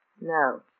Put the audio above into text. No